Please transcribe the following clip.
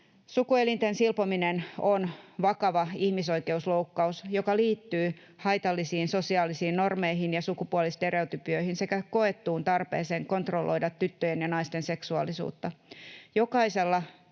Sukuelinten silpominen on vakava ihmisoikeusloukkaus, joka liittyy haitallisiin sosiaalisiin normeihin ja sukupuolistereotypioihin sekä koettuun tarpeeseen kontrolloida tyttöjen ja naisten seksuaalisuutta.